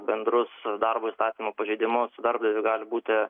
bendrus darbo įstatymų pažeidimus su darbdaviu gali būti